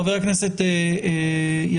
חבר הכנסת יברקן,